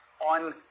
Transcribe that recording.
on